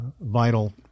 vital